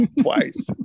Twice